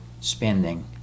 spending